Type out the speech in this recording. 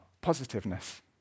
positiveness